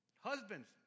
husbands